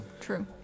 True